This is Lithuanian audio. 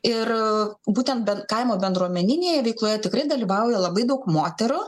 ir būtent ben kaimo bendruomeninėje veikloje tikrai dalyvauja labai daug moterų